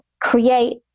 create